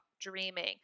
dreaming